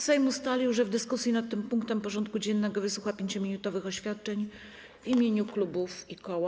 Sejm ustalił, że w dyskusji nad tym punktem porządku dziennego wysłucha 5-minutowych oświadczeń w imieniu klubów i koła.